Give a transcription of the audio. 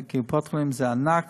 קופות-חולים זה ענק